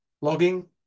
logging